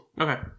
okay